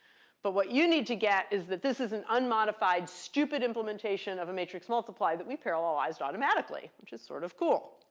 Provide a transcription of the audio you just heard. but what you need to get is that this is an unmodified stupid implementation of a matrix multiply that parallelized automatically, which is sort of cool.